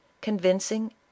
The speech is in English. convincing